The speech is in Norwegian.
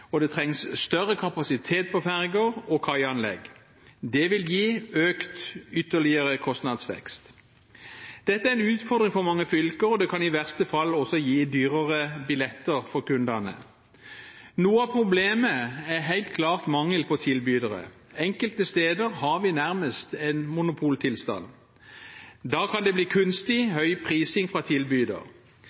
og det trengs større kapasitet på ferger og kaianlegg. Det vil gi ytterligere økt kostnadsvekst. Dette er en utfordring for mange fylker, og det kan i verste fall også gi dyrere billetter for kundene. Noe av problemet er helt klart mangel på tilbydere. Enkelte steder har vi nærmest en monopoltilstand. Da kan det bli kunstig høy prising fra tilbyder.